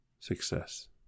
Success